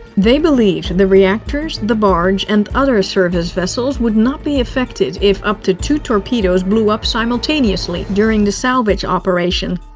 they believed and the reactors, the barge, and other surface vessels would not be affected if up to two torpedoes blew up simultaneously during the salvage operation.